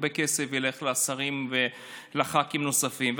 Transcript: הרבה כסף ילך לשרים ולח"כים הנוספים,